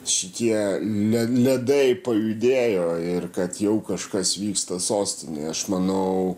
šitie le ledai pajudėjo ir kad jau kažkas vyksta sostinėj aš manau